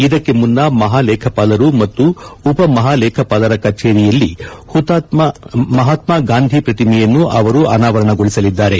ಇದಕ್ಕೆ ಮುನ್ನ ಮಹಾಲೇಖಪಾಲರು ಮತ್ತು ಉಪಮಹಾಲೇಖಪಾಲರ ಕಚೇರಿಯಲ್ಲಿ ಮಹಾತ್ಮ ಗಾಂಧಿ ಪ್ರತಿಯೆಮನ್ನು ಅವರು ಅನಾವರಣಗೊಳಿಸಲಿದ್ದಾರೆ